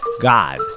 God